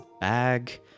bag